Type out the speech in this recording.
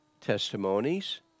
testimonies